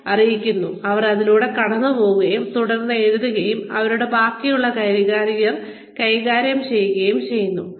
പിന്നീട് അവർ അതിലൂടെ കടന്നുപോകുകയും തുടർന്ന് എഴുതുകയും അവരുടെ ബാക്കിയുള്ള കരിയർ കൈകാര്യം ചെയ്യുകയും ചെയ്യുന്നു